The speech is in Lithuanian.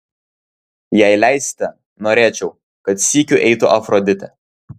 jei leisite norėčiau kad sykiu eitų afroditė